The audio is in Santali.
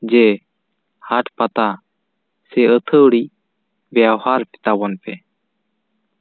ᱡᱮ ᱦᱟᱴᱯᱟᱛᱟ ᱥᱮ ᱟᱹᱛᱷᱟᱹᱲᱤ ᱵᱮᱣᱦᱟᱨ ᱛᱟᱵᱚᱱ ᱯᱮ